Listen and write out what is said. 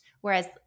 whereas